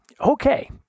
Okay